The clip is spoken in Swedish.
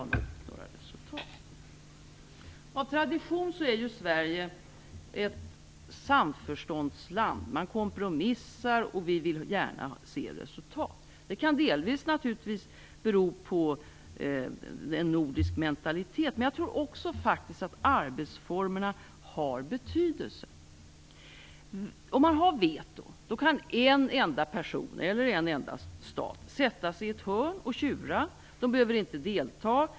Sverige är av tradition ett samförståndsland. Vi kompromissar, och vi vill gärna se resultat. Det kan naturligtvis delvis bero på en nordisk mentalitet, men jag tror faktiskt också att arbetsformerna har betydelse. Om man har ett veto, kan en enda person - eller en enda stat - sätta sig i ett hörn och tjura. Man behöver inte delta.